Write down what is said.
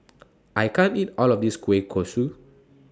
I can't eat All of This Kueh Kosui